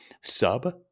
sub